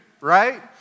right